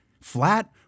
Flat